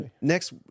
Next